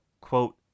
quote